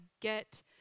get